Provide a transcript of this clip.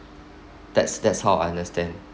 that's that's how I understand